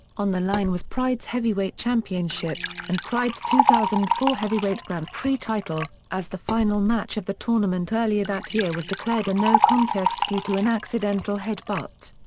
on the line was pride's heavyweight championship, and pride's two thousand and four heavyweight grand prix title, as the final match of the tournament earlier that year was declared a no contest due to an accidental headbutt.